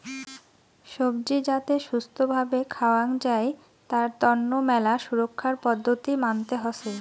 সবজি যাতে ছুস্থ্য ভাবে খাওয়াং যাই তার তন্ন মেলা সুরক্ষার পদ্ধতি মানতে হসে